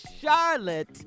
Charlotte